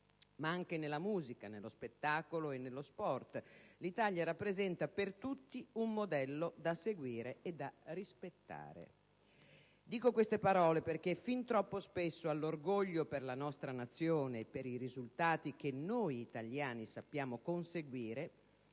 ma anche nella musica, nello spettacolo e nello sport l'Italia rappresenta per tutti un modello da seguire e da rispettare. Dico, queste parole perché fin troppo spesso, all'orgoglio per la nostra Nazione e per i risultati che noi italiani sappiamo conseguire,